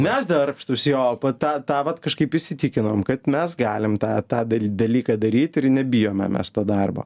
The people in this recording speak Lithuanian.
mes darbštūs jo tą tą vat kažkaip įsitikinom kad mes galim tą tą daryt dalyką daryt ir nebijome mes to darbo